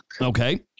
okay